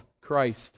Christ